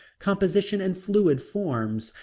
composition in fluid forms,